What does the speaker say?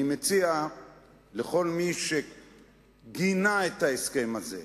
אני מציע לכל מי שגינה את ההסכם הזה,